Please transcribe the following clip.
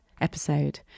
episode